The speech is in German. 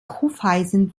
hufeisen